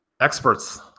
experts